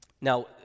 Now